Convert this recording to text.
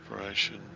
operation